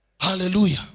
Hallelujah